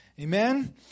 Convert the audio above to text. Amen